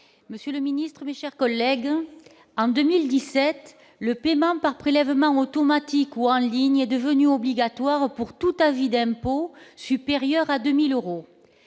: La parole est à Mme Gisèle Jourda. En 2017, le paiement par prélèvement automatique ou en ligne est devenu obligatoire pour tout avis d'impôt supérieur à 2 000 euros.